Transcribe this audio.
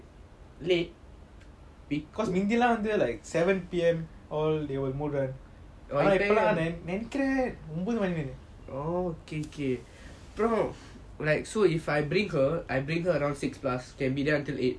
like so if I bring her I bring her around six plus will be there until eight